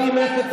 גם ממך,